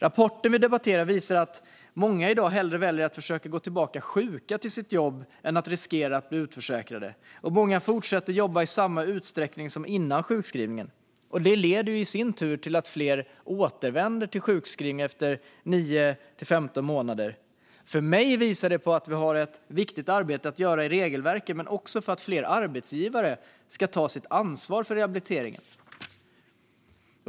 Rapporten vi debatterar visar att många i dag hellre väljer att försöka gå tillbaka sjuka till sitt jobb än att riskera att bli utförsäkrade. Och många fortsätter att jobba i samma utsträckning som före sjukskrivningen. Det leder i sin tur till att fler återvänder till sjukskrivning efter 9-15 månader. För mig visar det att vi har ett viktigt arbete att göra i regelverken men också att fler arbetsgivare ska ta sitt ansvar för rehabiliteringen.